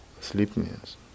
sleepiness